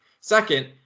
Second